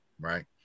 right